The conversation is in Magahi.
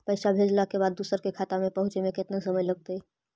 पैसा भेजला के बाद दुसर के खाता में पहुँचे में केतना समय लगतइ?